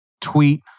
tweet